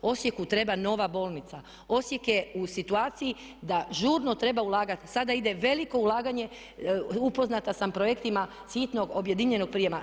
Osijeku treba nova bolnica. osijek je u situaciji da žurno treba ulagati, sada ide veliko ulaganje, upoznata sam projektima sitnog, objedinjenog prijema.